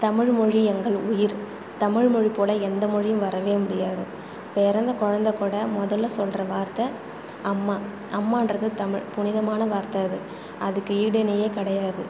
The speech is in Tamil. தமிழ்மொழி எங்கள் உயிர் தமிழ்மொழி போல எந்த மொழியும் வரவே முடியாது பிறந்த குழந்த கூட முதல்ல சொல்கிற வார்த்தை அம்மா அம்மான்றது தமிழ் புனிதமான வார்த்தை அது அதுக்கு ஈடு இணையே கிடையாது